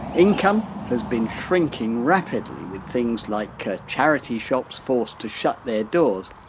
income has been shrinking rapidly with things like charity shops forced to shut their doors.